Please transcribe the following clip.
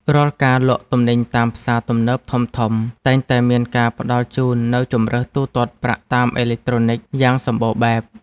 រាល់ការលក់ទំនិញតាមផ្សារទំនើបធំៗតែងតែមានការផ្តល់ជូននូវជម្រើសទូទាត់ប្រាក់តាមអេឡិចត្រូនិកយ៉ាងសម្បូរបែប។